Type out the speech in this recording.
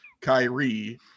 Kyrie